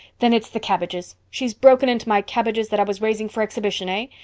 then it's the cabbages! she's broken into my cabbages that i was raising for exhibition, hey?